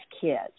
kids